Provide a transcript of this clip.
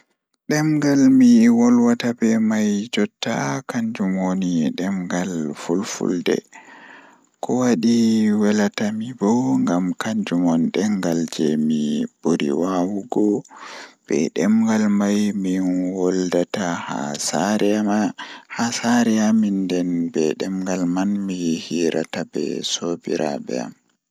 Ɗemngal mi wolwata be mai jotta kanjum woni ɗemngal fulfulde Miɗo waawi tawi ko ngel laawol mi yiɗi. O ɗaɗi e jooɗaade e kaɗo ngal, mi waawi heɓugol alaaɗe ndee. E hoore jeɗi, fulfulde woni laawol ngesa tawi njangude mi yiɗi fow.